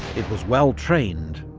it was well-trained,